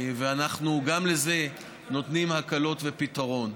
ואנחנו גם לזה נותנים הקלות ופתרון.